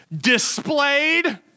displayed